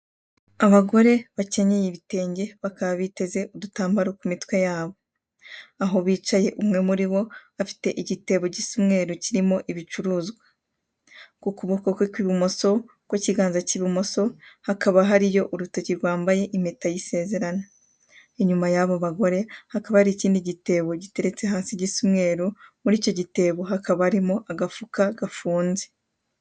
Abagore bakenyeye ibitenge bakaba biteze udutambaro ku mitwe yabo ,aho bicaye umwe muribo afite igitebo gisa umweru kirimo ibicuruzwa. Ku kuboko kwe kw'ibumoso ku kiganza cy'ibumoso hakaba hariyo urutoki rwambaye impeta y'isezerano . Inyuma yabo bagore hakaba hari ikindi gitebo giteretse hasi gusa umweru, muricyo gitebo hakaba harimo agafuka gafunze.